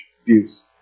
abuse